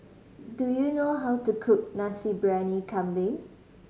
do you know how to cook Nasi Briyani Kambing